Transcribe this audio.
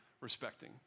respecting